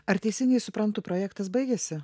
ar teisingai suprantu projektas baigiasi